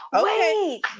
Wait